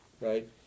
right